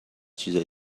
چیزای